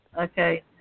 Okay